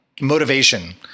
motivation